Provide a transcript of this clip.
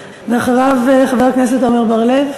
ואחריו, חבר הכנסת עמר בר-לב.